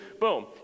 Boom